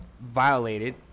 violated